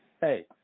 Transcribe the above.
hey